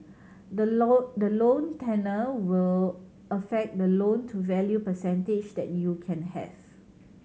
the loan the loan tenure will affect the loan to value percentage that you can have